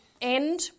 end